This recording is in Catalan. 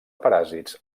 paràsits